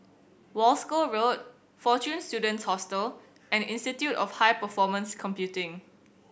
Wolskel Road Fortune Students Hostel and Institute of High Performance Computing